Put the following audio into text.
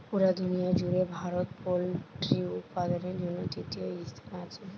পুরা দুনিয়ার জুড়ে ভারত পোল্ট্রি উৎপাদনের জন্যে তৃতীয় স্থানে আছে